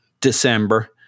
December